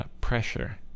Pressure